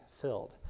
filled